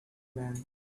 man